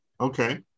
Okay